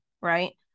Right